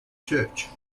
church